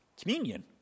communion